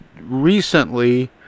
recently